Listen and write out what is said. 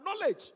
knowledge